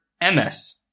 MS